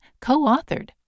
co-authored